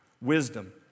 Wisdom